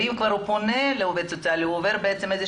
ואם כבר הוא פונה לעובד סוציאלי הוא עובר תהליך